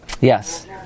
Yes